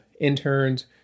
interns